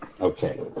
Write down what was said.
Okay